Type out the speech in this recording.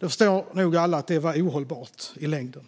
Alla förstår nog att det var ohållbart i längden.